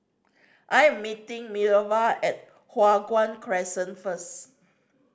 I am meeting Minerva at Hua Guan Crescent first